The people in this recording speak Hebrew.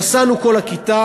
נסענו כל הכיתה